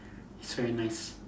it's very nice